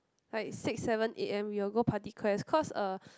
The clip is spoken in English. like six seven A_M we will go party quest cause uh